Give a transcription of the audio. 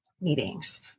meetings